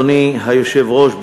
אדוני היושב-ראש,